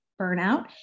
burnout